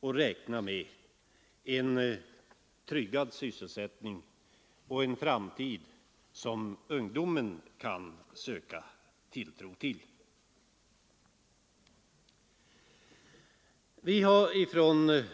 att räkna med en tryggad sysselsättning och en framtid som ungdomen kan tro på.